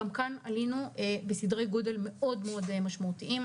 גם כאן עלינו בסדרי גודל מאוד מאוד משמעותיים,